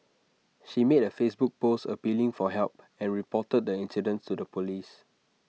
she made A Facebook post appealing for help and reported the incident to the Police